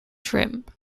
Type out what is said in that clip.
shrimp